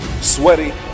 sweaty